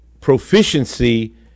proficiency